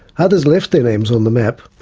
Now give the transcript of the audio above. others left their names on the map,